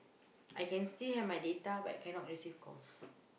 I can still have my data but I cannot receive calls